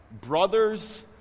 brothers